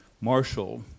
Marshall